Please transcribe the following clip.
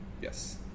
Yes